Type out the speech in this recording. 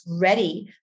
ready